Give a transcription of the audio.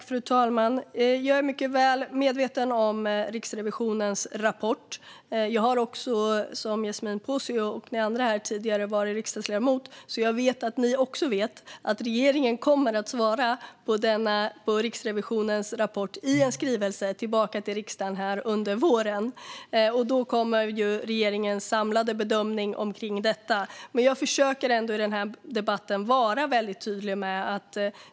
Fru talman! Jag är mycket väl medveten om Riksrevisionens rapport. Jag har också som Yasmine Posio och ni andra här tidigare varit riksdagsledamot. Jag vet att ni också vet att regeringen kommer att svara på Riksrevisionens rapport i en skrivelse till riksdagen under våren. Då kommer regeringens samlade bedömning om detta. Jag försöker ändå i den här debatten vara väldigt tydlig.